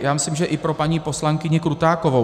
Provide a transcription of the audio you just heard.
Já myslím, že i pro paní poslankyni Krutákovou.